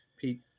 Pete